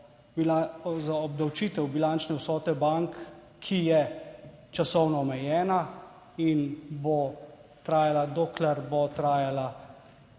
za obdavčitev bilančne vsote bank, ki je časovno omejena in bo trajala dokler bo trajala